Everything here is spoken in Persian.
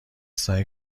سعی